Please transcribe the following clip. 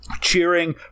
cheering